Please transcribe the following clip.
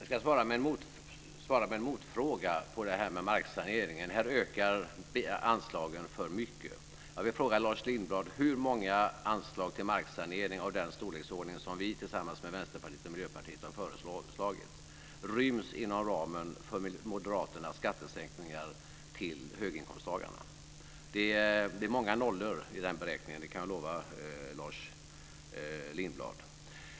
Fru talman! Jag ska svara med en motfråga vad gäller detta med marksaneringen - att här ökar anslagen för mycket. Jag vill alltså fråga Lars Lindblad: Hur många anslag till marksanering av den storleksordning som vi tillsammans med Vänsterpartiet och Miljöpartiet har föreslagit ryms inom ramen för Moderaternas skattesänkningar till höginkomsttagarna? Det blir många nollor i den beräkningen; det kan jag lova Lars Lindblad.